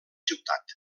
ciutat